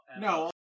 No